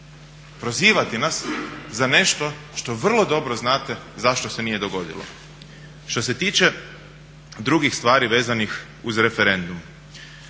prozivati nas za nešto što vrlo dobro znate zašto se nije dogodilo. Što se tiče drugih stvari vezanih uz referendum,